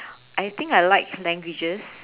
I think I like languages